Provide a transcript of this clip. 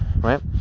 right